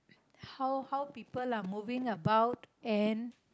how how people are moving about and